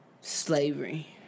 slavery